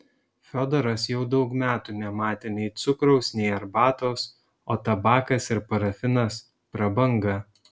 fiodoras jau daug metų nematė nei cukraus nei arbatos o tabakas ir parafinas prabanga